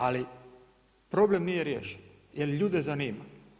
Ali, problem nije riješen, jer ljude zanima.